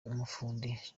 umufundi